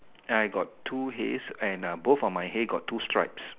I got two hays and both of my hay got two stripes